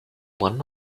one